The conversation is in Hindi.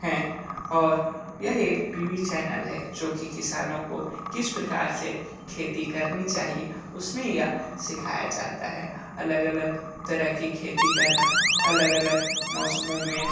हैं और यह एक टी वी चैनल है जो की किसानों को किस प्रकार से खेती करनी चाहिए उसमें यह सिखाया जाता है अलग अलग तरह की खेती करना अलग अलग मौसमों में